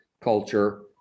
culture